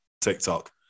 TikTok